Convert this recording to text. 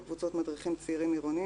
או קבוצות מדריכים צעירים עירוניים